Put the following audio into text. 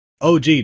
OG